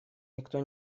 никто